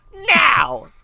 Now